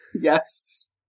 Yes